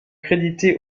crédités